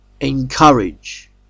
Encourage